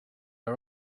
are